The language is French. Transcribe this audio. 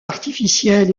artificiel